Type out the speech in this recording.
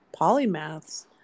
polymaths